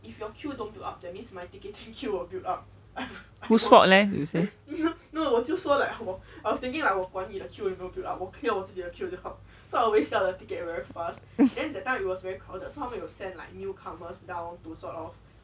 whose fault leh you say